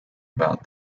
about